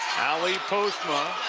ally postma